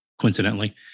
coincidentally